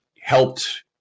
helped